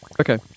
Okay